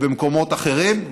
ובמקומות אחרים.